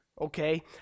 Okay